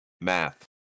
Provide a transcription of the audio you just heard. Math